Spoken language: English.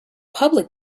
public